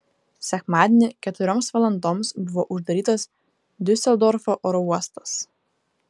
sekmadienį keturioms valandoms buvo uždarytas diuseldorfo oro uostas